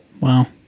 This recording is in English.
Wow